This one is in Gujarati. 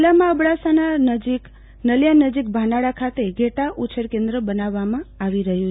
જીલ્લામાં અબડાસાના નળિયા નજીક ભાનાડા ખાતે ઘેટા ઉછેર કેન્દ્ર બનાવામાં આવી રહ્યું છે